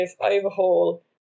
overhaul